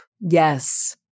yes